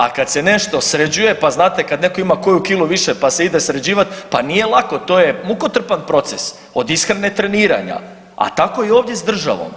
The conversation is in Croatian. A kad se nešto sređuje, pa znate kad netko ima koju kilu više pa se ide sređivat, pa nije lako, to je mukotrpan proces od ishrane, treniranja, a tako i ovdje s državnom.